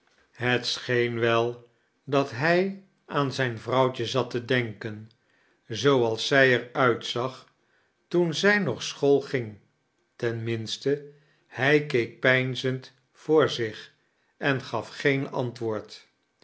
het soheen wel dat hij aan zijn vrouwtje zat te denkem zooals zij er uitzag toen zij nog school ging ten minste hij keek peinzend voor zich en gaf geen antwoord